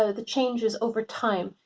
ah the changes over time,